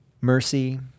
mercy